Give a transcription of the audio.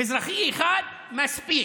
מזרחי אחד מספיק.